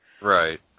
Right